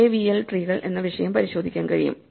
AVL ട്രീകൾ എന്ന വിഷയം പരിശോധിക്കാൻ കഴിയും